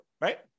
right